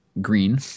green